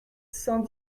cent